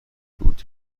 بود